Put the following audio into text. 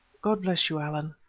god bless you, allan!